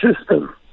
system